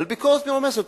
אבל ביקורת מרומזת.